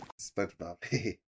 SpongeBob